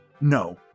No